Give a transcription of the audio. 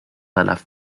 تلف